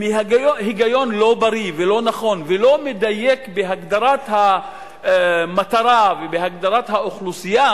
ומהיגיון לא בריא ולא נכון ולא מדייק בהגדרת המטרה ובהגדרת האוכלוסייה,